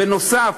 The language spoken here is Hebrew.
בנוסף,